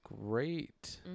great